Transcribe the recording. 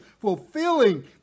Fulfilling